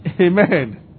Amen